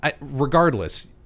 regardless